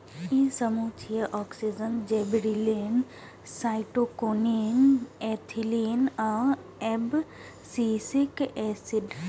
ई समूह छियै, auxin, gibberellin, cytokinin, ethylene आ एब्सिसिक एसिड